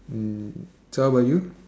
mm so how about you